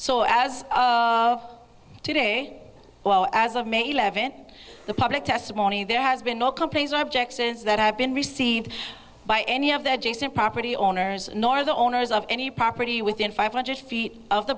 so as of today well as of may eleventh the public testimony there has been no companies objects as that have been received by any of the jason property owners nor the owners of any property within five hundred feet of the